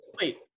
wait